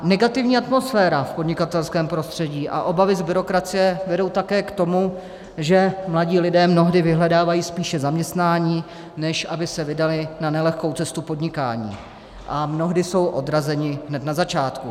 Negativní atmosféra v podnikatelském prostředí a obavy z byrokracie vedou také k tomu, že mladí lidé mnohdy vyhledávají spíše zaměstnání, než aby se vydali na nelehkou cestu podnikání, a mnohdy jsou odrazeni hned na začátku.